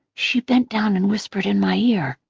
she bent down and whispered in my ear.